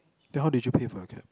then how did you pay for your cab